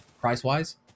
price-wise